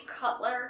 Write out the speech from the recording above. Cutler